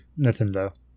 Nintendo